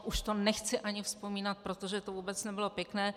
Už to nechci ani vzpomínat, protože to vůbec nebylo pěkné.